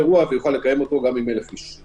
ויוכל לקיים אותו גם עם 1,000 איש.